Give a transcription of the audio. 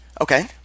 Okay